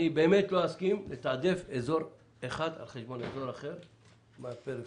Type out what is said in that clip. אבל אני לא אסכים לתעדף אזור אחד על חשבון אחר מהפריפריה.